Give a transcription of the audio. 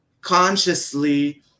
consciously